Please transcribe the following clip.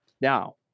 Now